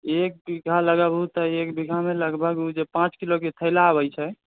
एक बीघ्घा लगएबहु तऽ एक बीघ्घा मे लगभग ओ जे पाँच किलो के थैला आबै छै